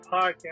Podcast